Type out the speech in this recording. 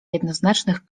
jednoznacznych